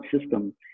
system